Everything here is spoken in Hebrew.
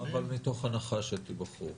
כן, אבל מתוך הנחה שתיבחרו.